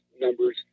numbers